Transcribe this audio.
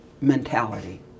mentality